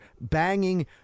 banging